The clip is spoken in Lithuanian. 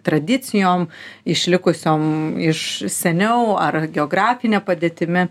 tradicijom išlikusiom iš seniau ar geografine padėtimi